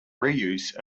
reuse